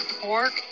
pork